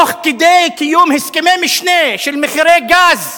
תוך כדי קיום הסכמי משנה של מחירי גז,